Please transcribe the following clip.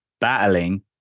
battling